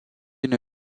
une